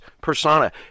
persona